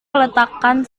meletakkan